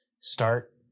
Start